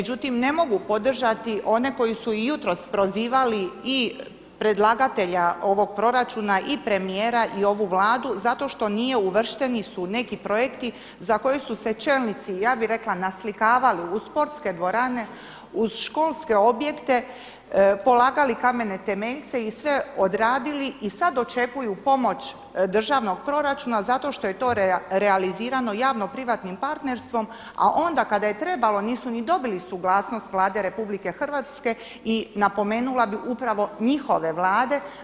Međutim, ne mogu podržati one koji su i jutros prozivali i predlagatelja ovog proračuna i premijera i ovu Vladu zato što nisu uvršteni neki projekti za koji su se čelnici, ja bih rekla naslikavali uz sportske dvorane, uz školske objekte, polagali kamene temeljce i sve odradili i sad očekuju pomoć državnog proračuna zato što je to realizirano javno-privatnim partnerstvom, a onda kada je trebalo nisu ni dobili suglasnost Vlade Republike Hrvatske i napomenula bih upravo njihove Vlade.